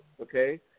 okay